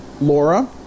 Laura